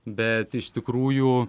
bet iš tikrųjų